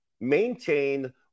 maintain